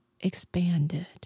expanded